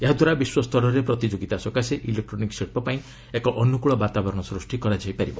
ଏହାଦ୍ୱାରା ବିଶ୍ୱସ୍ତରରେ ପ୍ରତିଯୋଗିତା ସକାଶେ ଇଲେକ୍ଟ୍ରୋନିକ୍ସ ଶିଳ୍ପ ପାଇଁ ଏକ ଅନୁକୂଳ ବାତାବରଣ ସୃଷ୍ଟି କରାଯାଇ ପାରିବ